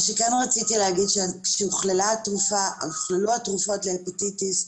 מה שכן רציתי להגיד זה שכשהוכללו התרופות להפטיטיס,